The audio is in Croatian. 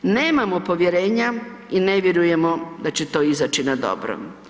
Nemamo povjerenja i ne vjerujemo da će izaći na dobro.